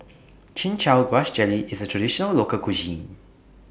Chin Chow Grass Jelly IS A Traditional Local Cuisine